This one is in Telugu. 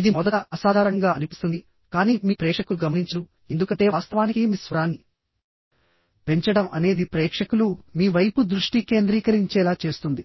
ఇది మొదట అసాధారణంగా అనిపిస్తుంది కానీ మీ ప్రేక్షకులు గమనించరు ఎందుకంటే వాస్తవానికి మీ స్వరాన్ని పెంచడం అనేది ప్రేక్షకులు మీ వైపు దృష్టి కేంద్రీకరించేలా చేస్తుంది